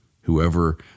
Whoever